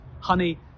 honey